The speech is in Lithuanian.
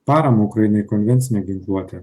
paramą ukrainai konvencinę ginkluotę